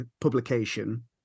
publication